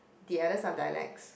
the others are dialects